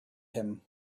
him